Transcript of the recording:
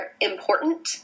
important